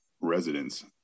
residents